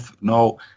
no